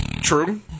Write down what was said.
True